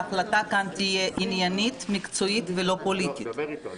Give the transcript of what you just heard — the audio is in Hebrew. תודה, אדוני